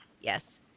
Yes